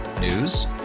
News